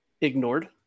ignored